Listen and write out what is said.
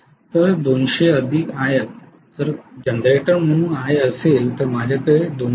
तर 200If जर generator म्हणून Ia असेल तर माझ्याकडे 202